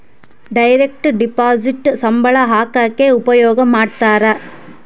direct deposit ಸಂಬಳ ಹಾಕಕ ಉಪಯೋಗ ಮಾಡ್ತಾರ